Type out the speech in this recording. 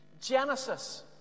Genesis